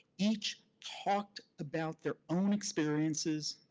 each talked about their own experiences,